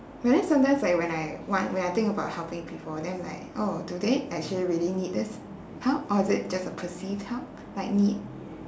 but then sometimes like when I want when I think about helping people then like oh do they actually really need this help or is it just a perceived help like need